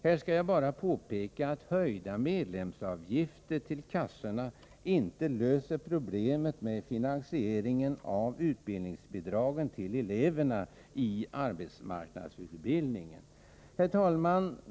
Här skall jag bara påpeka att höjda medlemsavgifter till kassorna inte löser problemet med finansieringen av utbildningsbidragen till eleverna i arbetsmarknadsutbildning. Herr talman!